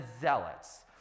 Zealots